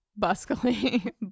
buskily